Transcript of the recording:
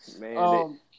Man